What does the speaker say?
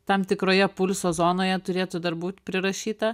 tam tikroje pulso zonoje turėtų dar būt prirašyta